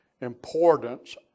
importance